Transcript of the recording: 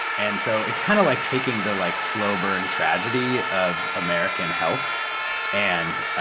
and so it's kind of like taking the, like, slow-burn tragedy of american health and,